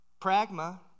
Pragma